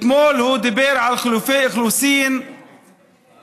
אתמול הוא דיבר על חילופי אוכלוסין בין